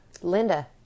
Linda